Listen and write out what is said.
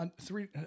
three